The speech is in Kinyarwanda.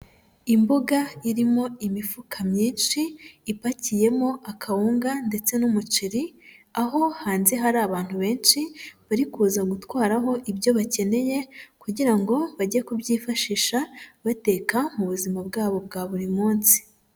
Imbuga irimo imifuka myinshi ipakiyemo akawunga ndetse n'umuceri, aho hanze hari abantu benshi bari kuza gutwaraho ibyo bakeneye kugira ngo bajye kubyifashisha bateka mu buzima bwabo bwa buri munsi.